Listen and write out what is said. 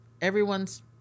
everyone's